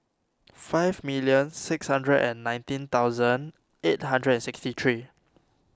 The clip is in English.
five million six hundred and nineteen thousand eight hundred and sixty three